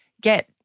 get